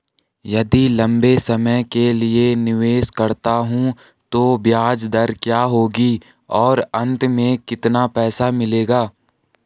यदि लंबे समय के लिए निवेश करता हूँ तो ब्याज दर क्या होगी और अंत में कितना पैसा मिलेगा?